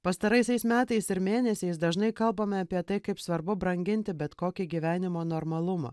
pastaraisiais metais ir mėnesiais dažnai kalbame apie tai kaip svarbu branginti bet kokį gyvenimo normalumą